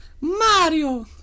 Mario